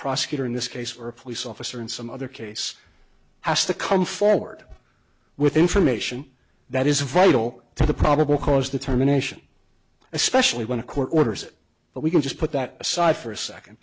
prosecutor in this case or a police officer in some other case has to come forward with information that is valuable to the probable cause determination especially when a court orders but we can just put that aside for a second